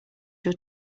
your